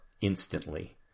instantly